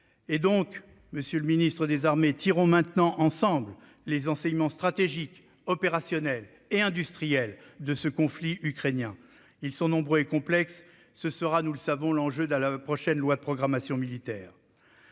conséquent, monsieur le ministre des armées, tirons ensemble les enseignements stratégiques, opérationnels et industriels de ce conflit ukrainien. Ils sont nombreux et complexes. Ce sera- nous le savons -l'enjeu de la prochaine loi de programmation militaire.